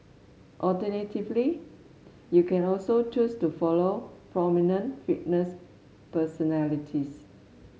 alternatively you can also choose to follow prominent fitness personalities